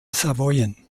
savoyen